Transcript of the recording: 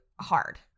hard